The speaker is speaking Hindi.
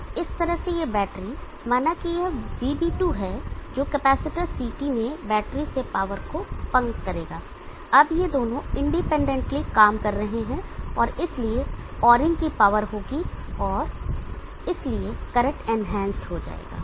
तो इस तरह से यह बैटरी माना कि यह VB2 है जो कैपेसिटर CT में बैटरी से पावर को पंप करेगा अब ये दोनों इंडिपेंडेंटली काम कर रहे हैं और इसलिए ओरिंग की पावर होगी और इसलिए करंट इनहैंसड हो जाएगा